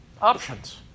options